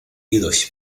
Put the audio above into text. ilość